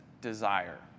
desire